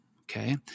Okay